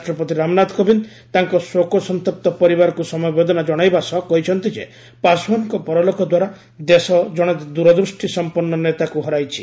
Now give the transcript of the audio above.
ରାଷ୍ଟ୍ରପତି ରାମନାଥ କୋବିନ୍ଦ ତାଙ୍କ ଶୋକସନ୍ତପ୍ତ ପରିବାରକୁ ସମବେଦନା ଜଣାଇବା ସହ କହିଛନ୍ତି ଯେ ପାଶ୍ୱାନଙ୍କ ପରଲୋକ ଦ୍ୱାରା ଦେଶ ଜଣେ ଦୂରଦୃଷ୍ଟି ସଂପନ୍ନ ନେତାଙ୍କୁ ହରାଇଛି